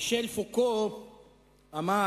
מישל פוקו אמר